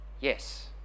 Yes